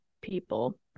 people